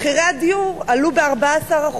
מחירי הדיור עלו ב-14%.